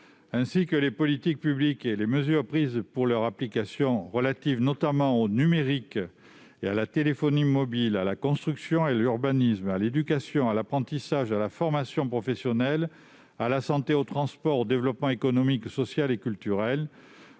ainsi que les politiques publiques et les mesures prises pour leur application relatives, notamment, au numérique et à la téléphonie mobile, à la construction et à l'urbanisme, à l'éducation, à l'apprentissage et à la formation professionnelle, à la santé, aux transports, au développement économique, social et culturel,